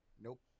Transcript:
Nope